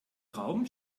raum